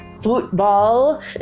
football